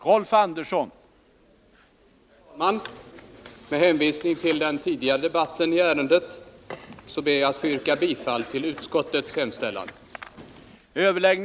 Herr talman! Med hänvisning till den tidigare debatten i ärendet ber jag att få yrka bifall till utskottets hemställan.